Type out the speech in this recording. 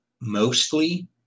mostly